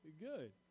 good